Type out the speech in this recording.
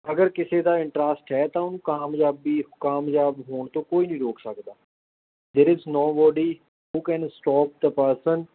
ਅਗਰ ਕਿਸੇ ਦਾ ਇੰਟਰਸਟ ਹੈ ਤਾਂ ਉਹਨੂੰ ਕਾਮਯਾਬੀ ਕਾਮਯਾਬ ਹੋਣ ਤੋਂ ਕੋਈ ਨਹੀਂ ਰੋਕ ਸਕਦਾ ਜਿਹਦੇ ਵਿੱਚ nobody who can stop the person